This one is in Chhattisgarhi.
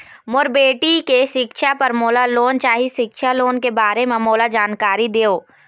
मोर बेटी के सिक्छा पर मोला लोन चाही सिक्छा लोन के बारे म मोला जानकारी देव?